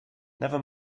never